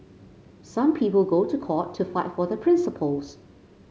some people go to court to fight for their principles